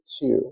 two